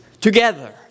together